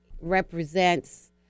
represents